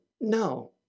no